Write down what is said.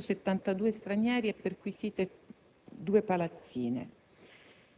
Sono stati identificati 172 stranieri e perquisite due palazzine.